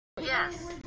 Yes